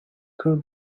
crook